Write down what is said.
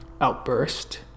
outburst